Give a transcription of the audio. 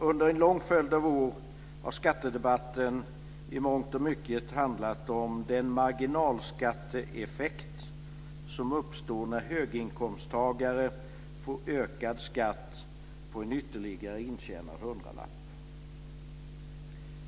Under en lång följd av år har skattedebatten i mångt och mycket handlat om den marginalskatteeffekt som uppstår när höginkomsttagare får ökad skatt på en ytterligare intjänad hundralapp.